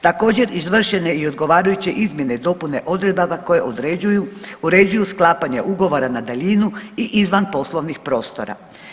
Također izvršen je i odgovarajuće izmjene i dopune odredaba koje određuju, uređuju sklapanje ugovora na daljinu i izvan poslovnih prostora.